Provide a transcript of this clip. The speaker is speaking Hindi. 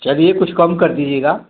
चलिए कुछ कम कर दीजिएगा